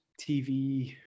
TV